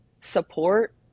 support